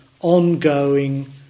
ongoing